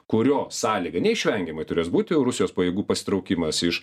kurio sąlyga neišvengiamai turės būti rusijos pajėgų pasitraukimas iš